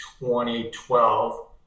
2012